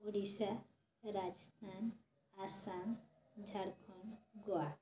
Odisha Rajasthan Assam Jharkhand Goa